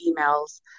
emails